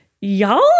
y'all